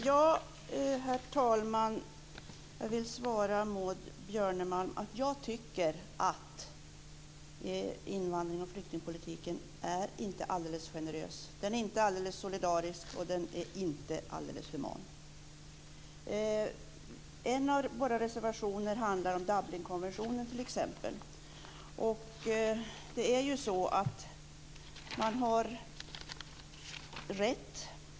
Herr talman! Jag vill svara Maud Björnemalm att jag tycker att invandrings och flyktingspolitiken inte är alldeles generös, inte alldeles solidarisk och inte alldeles human. En av våra reservationer handlar t.ex. om Dublinkonventionen.